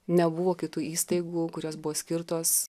nebuvo kitų įstaigų kurios buvo skirtos